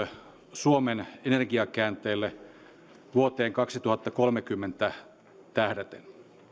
suomen energiakäänteelle vuoteen kaksituhattakolmekymmentä tähdäten